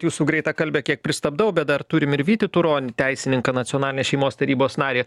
jūsų greitakalbę kiek pristabdau bet dar turim ir vytį turonį teisininką nacionalinės šeimos tarybos narį